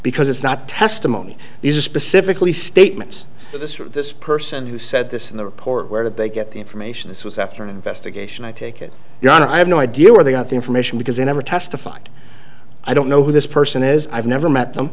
because it's not testimony these are specifically statements of this or this person who said this in the report where did they get the information this was after an investigation i take it your honor i have no idea where they got the information because they never testified i don't know who this person is i've never met them